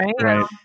right